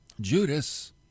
Judas